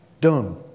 done